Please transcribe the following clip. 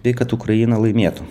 bei kad ukraina laimėtų